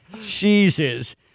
Jesus